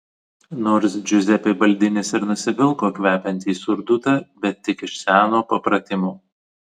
nors džiuzepė baldinis ir nusivilko kvepiantį surdutą bet tik iš seno papratimo